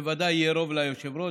בוודאי יהיה רוב ליושב-ראש,